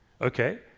Okay